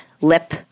lip